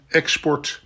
export